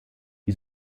die